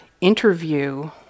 interview